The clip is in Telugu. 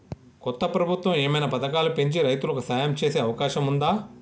కొత్త ప్రభుత్వం ఏమైనా పథకాలు పెంచి రైతులకు సాయం చేసే అవకాశం ఉందా?